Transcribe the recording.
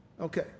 Okay